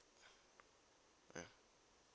mm